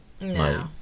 No